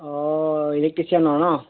অঁ ইলেক্ট্ৰিচিয়ানৰ ন